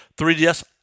3DS